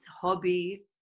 hobby